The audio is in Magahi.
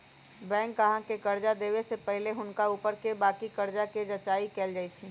बैंक गाहक के कर्जा देबऐ से पहिले हुनका ऊपरके बाकी कर्जा के जचाइं कएल जाइ छइ